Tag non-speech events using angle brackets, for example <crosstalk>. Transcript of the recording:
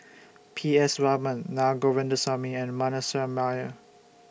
<noise> P S Raman Naa Govindasamy and Manasseh Meyer